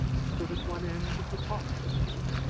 stood at one end of the top shelf.